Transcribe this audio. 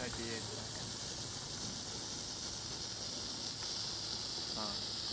thirty eight pack